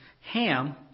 Ham